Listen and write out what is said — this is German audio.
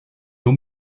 nur